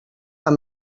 amb